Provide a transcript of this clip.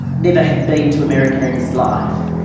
never had been to america in his life.